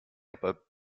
aber